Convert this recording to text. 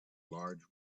large